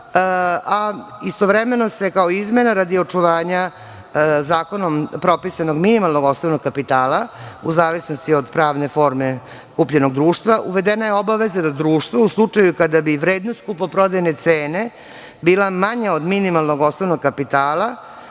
Istovremeno, kao izmena radi očuvanja zakonom propisanog minimalnog osnovnog kapitala, u zavisnosti od pravne forme kupljenog društva, uvedena je obaveza da društvo u slučaju kada bi vrednost kupoprodajne cene bila manja od minimalnog osnovnog kapitala,